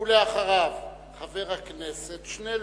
ולאחריו, חבר הכנסת שנלר.